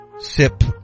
sip